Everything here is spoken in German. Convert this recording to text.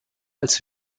als